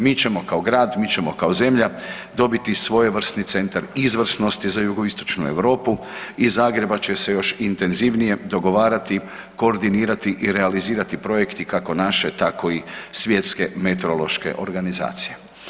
Mi ćemo kao grad, mi ćemo kao zemlja dobiti svojevrsni centar izvrsnosti za jugoistočnu Europu, iz Zagreba će se još intenzivnije dogovarati, koordinirati i realizirati projekti kako naše, tako i Svjetske meteorološke organizacije.